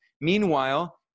Meanwhile